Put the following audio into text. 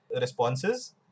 responses